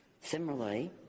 Similarly